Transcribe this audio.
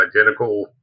identical